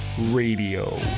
radio